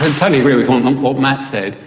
and totally agree with what matt said.